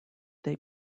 they